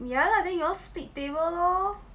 ya lah then you all split table lor